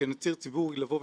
לפחות ברמה האישית שלי,